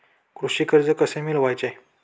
कृषी कर्ज कसे मिळवायचे?